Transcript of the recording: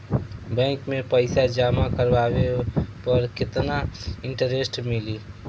Bank में पईसा जमा करवाये पर केतना इन्टरेस्ट मिली?